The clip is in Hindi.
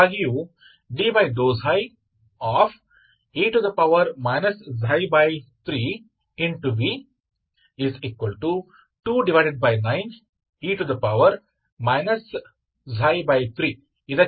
यही मैंने दोनों पक्षों को गुणा किया यदि आप ऐसा करते हैं तो यह क्या है यह वास्तव में इसके बराबर है dξ e 3v29e 3ठीक है